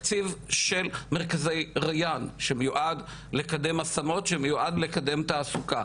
התקציב של מרכזי ריאן, שמיועד לקדם השמות ותעסוקה.